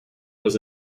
was